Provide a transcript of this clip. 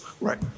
right